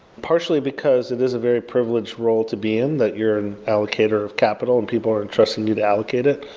partially because it is a very privilege role to be in that you're an allocator of capital and people are entrusting you to allocate it.